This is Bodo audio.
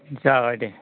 जाबाय दे